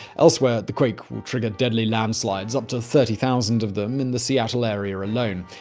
elsewhere, the quake will trigger deadly landslides up to thirty thousand of them in the seattle area alone.